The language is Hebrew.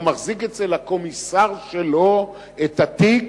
הוא מחזיק אצל הקומיסר שלו את התיק